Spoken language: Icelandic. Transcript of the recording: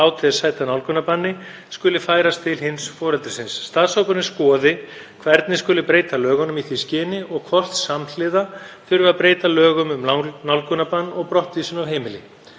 látið er sæta nálgunarbanni skuli færast til hins foreldrisins. Starfshópurinn skoði hvernig breyta skuli lögunum í því skyni og hvort samhliða þurfi að breyta lögum um nálgunarbann og brottvísun af heimili.